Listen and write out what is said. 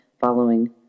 following